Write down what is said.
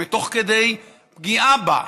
תוך כדי פגיעה בה,